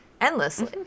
endlessly